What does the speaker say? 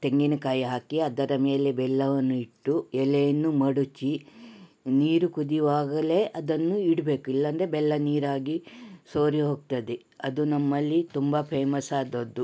ತೆಂಗಿನಕಾಯಿ ಹಾಕಿ ಅದರ ಮೇಲೆ ಬೆಲ್ಲವನ್ನು ಇಟ್ಟು ಎಲೆಯನ್ನು ಮಡಚಿ ನೀರು ಕುದಿಯುವಾಗಲೇ ಅದನ್ನು ಇಡಬೇಕು ಇಲ್ಲಾಂದರೆ ಬೆಲ್ಲ ನೀರಾಗಿ ಸೋರಿ ಹೋಗ್ತದೆ ಅದು ನಮ್ಮಲ್ಲಿ ತುಂಬ ಫೇಮಸ್ಸಾದದ್ದು